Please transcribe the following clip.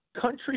Country